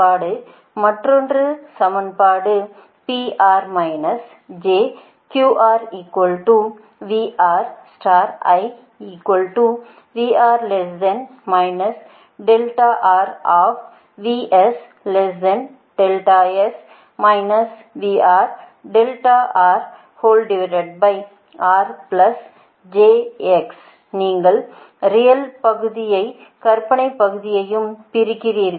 மற்றொன்று சமன்பாடு நீங்கள் ரியல் பகுதியையும் கற்பனை பகுதியையும் பிரிக்கிறீர்கள்